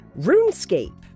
RuneScape